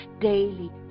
daily